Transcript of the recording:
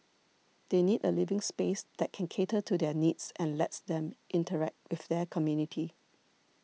they need a living space that can cater to their needs and lets them interact with their community